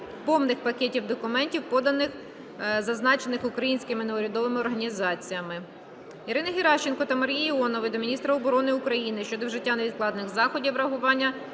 повних пакетів документів, поданих зазначеними українськими неурядовими організаціями; Ірини Геращенко та Марії Іонової до міністра оборони України щодо вжиття невідкладних заходів реагування